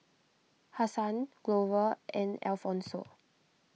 Hassan Glover and Alfonso